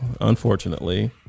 unfortunately